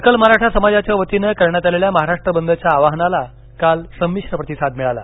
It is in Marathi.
सकल मराठा समाजाच्या वतीन करण्यात आलेल्या महाराष्ट्र बदच्या आवाहनाला काल समिश्र प्रतिसाद मिळाला